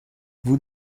vous